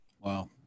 Wow